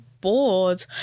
bored